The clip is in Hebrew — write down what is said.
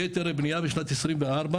יהיו היתרי בניה בשנת 2024,